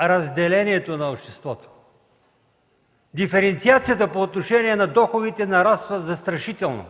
разделението на обществото. Диференциацията по отношение на доходите нараства застрашително,